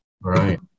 Right